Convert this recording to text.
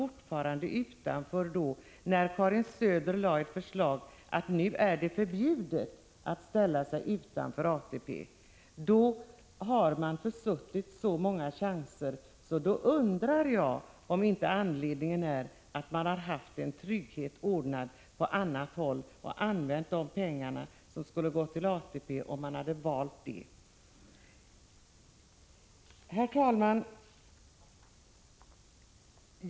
Karin Söder har vidare lagt fram ett förslag om att det skulle vara förbjudet att ställa sig utanför ATP-systemet. Står man då fortfarande utanför har man försuttit så många chanser, att jag undrar om inte anledningen är att man har haft en trygghet ordnad på annat håll. De pengar som skulle ha gått till ATP, om man valt det, har då gått till annat. Herr talman!